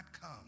come